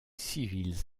civils